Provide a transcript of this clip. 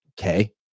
Okay